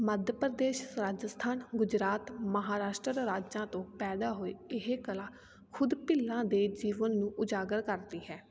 ਮੱਧ ਪ੍ਰਦੇਸ਼ ਰਾਜਸਥਾਨ ਗੁਜਰਾਤ ਮਹਾਰਾਸ਼ਟਰ ਰਾਜਾਂ ਤੋਂ ਪੈਦਾ ਹੋਈ ਇਹ ਕਲਾ ਖੁਦ ਭੀਲਾਂ ਦੇ ਜੀਵਨ ਨੂੰ ਉਜਾਗਰ ਕਰਦੀ ਹੈ